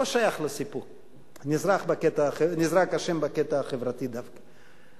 לא שייך לסיפור, הוא נזרק בקטע החברתי דווקא.